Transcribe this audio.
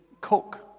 cook